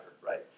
right